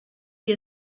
qui